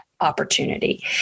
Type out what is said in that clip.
opportunity